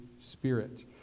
Spirit